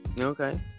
Okay